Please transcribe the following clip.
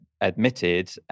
admitted